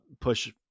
push